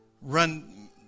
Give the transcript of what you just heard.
run